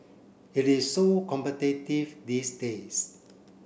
it is so competitive these days